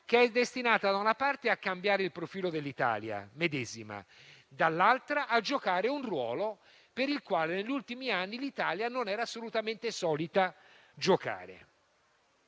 che è destinata, da una parte, a cambiare il profilo dell'Italia medesima e, dall'altra, a giocare un ruolo che negli ultimi anni l'Italia non era assolutamente solita ricoprire.